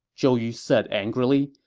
zhou yu said angrily.